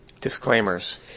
Disclaimers